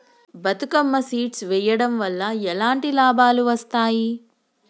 Bathukamma seed వెయ్యడం వల్ల ఎలాంటి లాభాలు వస్తాయి?